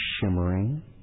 shimmering